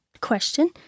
question